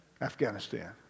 Afghanistan